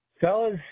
Fellas